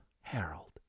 Harold